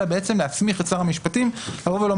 אלא בעצם להסמיך את שר המשפטים לומר,